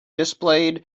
displayed